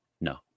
no